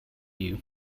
you